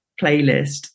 playlist